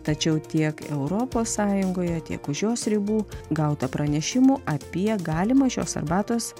tačiau tiek europos sąjungoje tiek už jos ribų gauta pranešimų apie galimą šios arbatos